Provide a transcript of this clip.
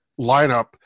lineup